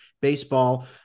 baseball